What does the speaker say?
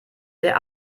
der